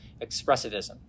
expressivism